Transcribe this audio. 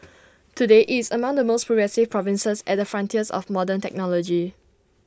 today IT is among the most progressive provinces at the frontiers of modern technology